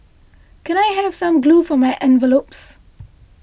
can I have some glue for my envelopes